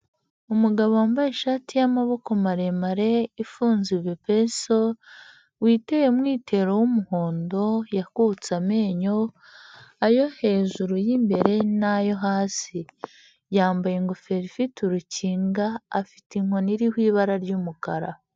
Umugabo wambaye ishati y'amaboko maremare ifunze ibipesu witeye umwitero w'umuhondo yakutse amenyo ayo hejuru y'immbere nayo hasi yambaye ingofero ifite urukinga afite inkoni iriho ibara ry'umukara.